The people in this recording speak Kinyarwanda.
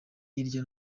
hirya